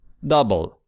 double